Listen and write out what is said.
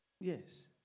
Yes